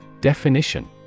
Definition